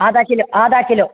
आदा किलो आदा किलो